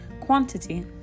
quantity